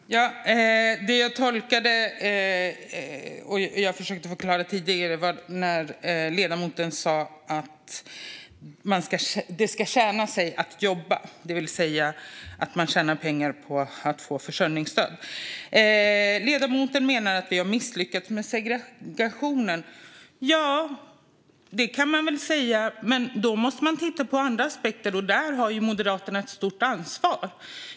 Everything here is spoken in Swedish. Herr talman! Det jag tolkade och som jag försökte förklara tidigare gällde att ledamoten sa att det ska löna sig att jobba, det vill säga att man tjänar pengar på att få försörjningsstöd. Ledamoten menar att vi har misslyckats med segregationen. Ja, det kan man väl säga. Men då måste man titta på andra aspekter, och där har Moderaterna ett stort ansvar.